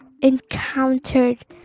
encountered